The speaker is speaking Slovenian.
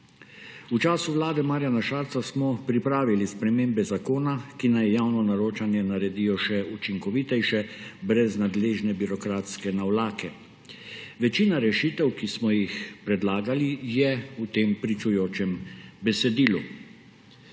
V času vlade Marjana Šarca smo pripravili spremembe zakona, ki naj javno naročanje naredijo še učinkovitejše, brez nadležne birokratske navlake. Večina rešitev, ki smo jih predlagali, je v tem pričujočem besedilu.